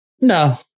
No